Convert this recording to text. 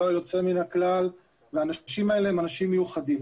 דבר יוצא מן הכלל, והאנשים האלה הם אנשים מיוחדים.